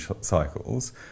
cycles